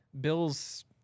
Bills